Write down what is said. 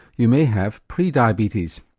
you may have pre-diabetes.